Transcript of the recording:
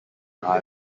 are